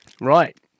Right